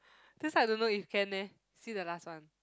that's why I don't know if can eh see the last one